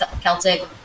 Celtic